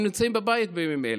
הם נמצאים בבית בימים אלה.